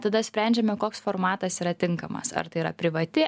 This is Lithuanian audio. tada sprendžiame koks formatas yra tinkamas ar tai yra privati